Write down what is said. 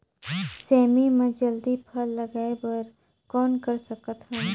सेमी म जल्दी फल लगाय बर कौन कर सकत हन?